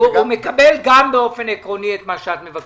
הוא מקבל גם באופן עקרוני את מה שאת מבקשת.